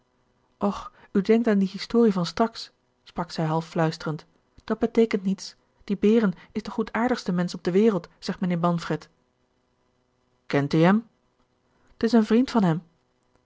och u denkt aan die historie van straks sprak zij half fluisterend dat beteekent niets die behren is de goedaardigste mensch op de wereld zegt mijnheer manfred kent die hem t is een vriend van hem